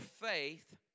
faith